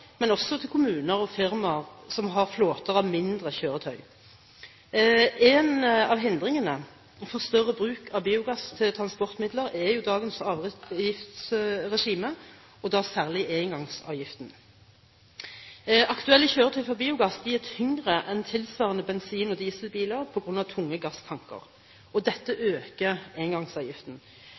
men det egner seg også for kommuner og firmaer som har flåter av mindre kjøretøy. En av hindringene for større bruk av biogass til transportmidler er jo dagens avgiftsregime – særlig engangsavgiften. Aktuelle kjøretøy for biogass er tyngre enn tilsvarende bensin- og dieselbiler på grunn av tunge gasstanker. Dette øker engangsavgiften.